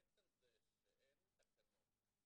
מעצם זה שאין תקנות,